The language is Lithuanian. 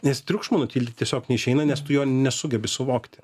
nes triukšmo nutildyt tiesiog neišeina nes tu jo nesugebi suvokti